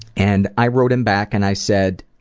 and i wrote him back and i said,